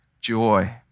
joy